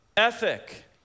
Ethic